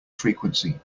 frequency